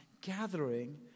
gathering